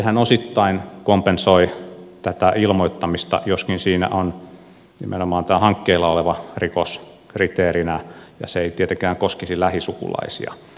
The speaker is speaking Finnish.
sehän osittain kompensoi tätä ilmoittamista joskin siinä on nimenomaan tämä hankkeilla oleva rikos kriteerinä ja se ei tietenkään koskisi lähisukulaisia